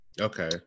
Okay